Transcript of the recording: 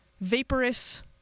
vaporous